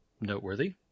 noteworthy